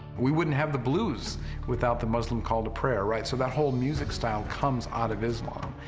we wouldn't have the blues without the muslim call to prayer, right, so that whole music style comes out of islam.